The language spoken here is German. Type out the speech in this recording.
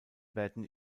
werden